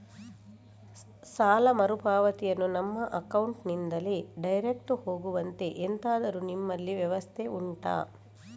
ಸಾಲ ಮರುಪಾವತಿಯನ್ನು ನಮ್ಮ ಅಕೌಂಟ್ ನಿಂದಲೇ ಡೈರೆಕ್ಟ್ ಹೋಗುವಂತೆ ಎಂತಾದರು ನಿಮ್ಮಲ್ಲಿ ವ್ಯವಸ್ಥೆ ಉಂಟಾ